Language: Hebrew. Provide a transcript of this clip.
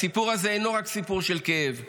הסיפור הזה לא רק סיפור של כאב,